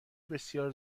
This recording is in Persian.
بسیار